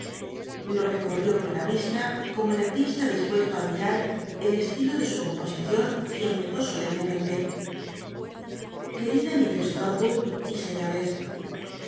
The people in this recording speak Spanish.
lo l'ecottió con la isla como el ati ta dispuesto ií admirar el estilo de su composition y empezó solemnemente quedda mislress rolwooll y señores